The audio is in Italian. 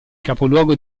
capoluogo